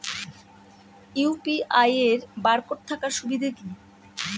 UPI এর barcode থাকার সুবিধে কি?